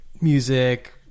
music